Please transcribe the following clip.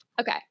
Okay